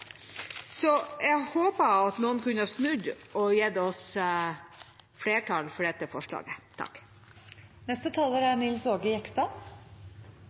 Jeg hadde håpet at noen kunne snudd, og gitt oss flertall for dette forslaget. En liten oppklaring: Det snakkes om at det er